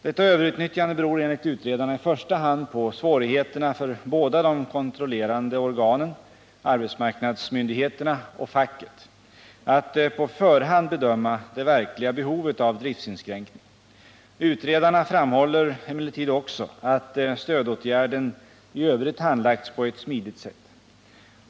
Detta överutnyttjande beror enligt utredarna i första hand på svårigheterna för båda de kontrollerande organen, arbetsmarknadsmyndigheterna och facket, att på förhand bedöma det verkliga behovet av driftinskränkning. Utredarna framhåller emellertid också att stödåtgärden i övrigt handlagts på ett smidigt sätt.